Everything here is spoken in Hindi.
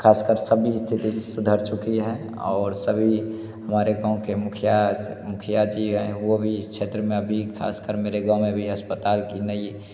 ख़ास कर सभी स्थिति सुधर चुकी है और सभी हमारे गाँव के मुखिया मुखिया जी हैं वो भी इस क्षेत्र में अभी ख़ास कर मेरे गाँव में भी अस्पताल की नई